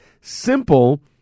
Simple